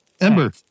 Ember